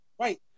Right